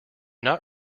not